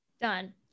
Done